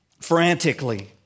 frantically